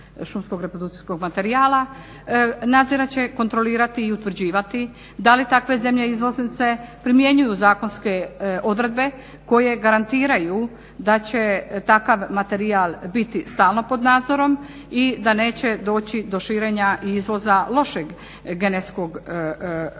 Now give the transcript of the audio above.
šumskog reprodukcijskog materijala, nadzirat će, kontrolirati i utvrđivati da li takve zemlje izvoznice primjenjuju zakonske odredbe koje garantiraju da će takav materijal biti stalno pod nadzorom i da neće doći do širenja izvoza lošeg genetskog šumskog